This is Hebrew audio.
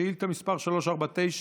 שאילתה מס' 349,